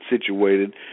situated